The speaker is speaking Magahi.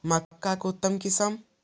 मक्का के उतम किस्म?